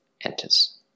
enters